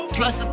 Plus